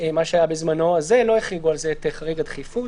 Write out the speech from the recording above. מה שהיה בזמנו על זה לא הרחיבו את חריג הדחיפות,